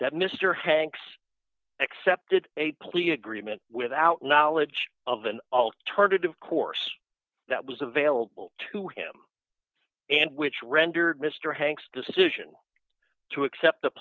that mr hanks accepted a plea agreement without knowledge of an alternative course that was available to him and which rendered mr hanks decision to accept the